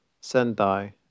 Sendai